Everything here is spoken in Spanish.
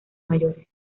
mayores